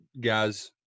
guys